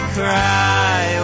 cry